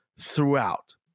throughout